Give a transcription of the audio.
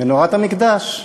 מנורת המקדש.